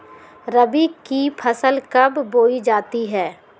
रबी की फसल कब बोई जाती है?